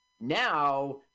Now